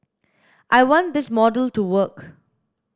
I want this model to work